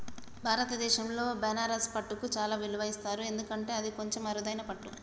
భారతదేశంలో బనారస్ పట్టుకు చాలా విలువ ఇస్తారు ఎందుకంటే అది కొంచెం అరుదైన పట్టు